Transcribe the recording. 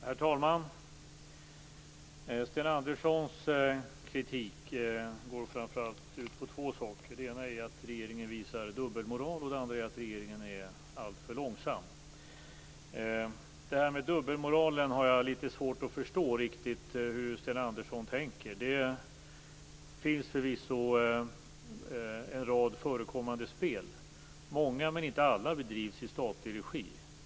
Herr talman! Sten Anderssons kritik går framför allt ut på två saker. Den ena är att regeringen visar dubbelmoral och den andra att regeringen är alltför långsam. När det gäller dubbelmoralen har jag litet svårt att riktigt förstå hur Sten Andersson tänker. Det förekommer förvisso en rad spel. Många men inte alla bedrivs i statlig regi.